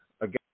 again